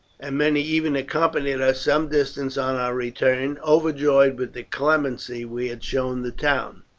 and many even accompanied us some distance on our return, overjoyed with the clemency we had shown the town.